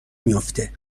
میافته